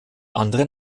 anderen